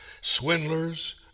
swindlers